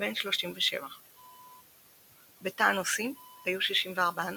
בן 37. בתא הנוסעים היו 64 נוסעים,